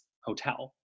Hotel